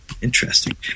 Interesting